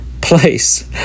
place